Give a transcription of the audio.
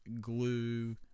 glue